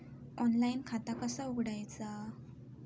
Online खाता कसा उघडायचा?